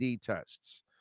tests